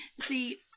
see